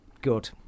good